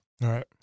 right